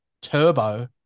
Turbo